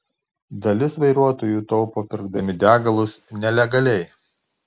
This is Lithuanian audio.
dalis vairuotojų taupo pirkdami degalus nelegaliai